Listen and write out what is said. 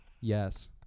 Yes